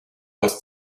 aus